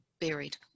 buried